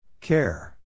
Care